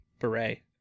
Beret